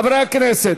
חברי הכנסת,